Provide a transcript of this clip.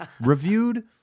reviewed